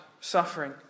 suffering